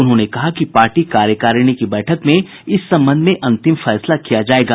उन्होंने कहा कि पार्टी कार्यकारिणी की बैठक में इस संबंध में अंतिम फैसला किया जायगा